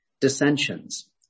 dissensions